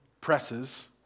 presses